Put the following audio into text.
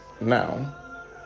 now